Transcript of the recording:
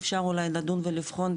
אפשר אולי לדון ולבחון,